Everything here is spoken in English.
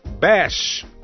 Bash